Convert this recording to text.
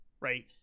Right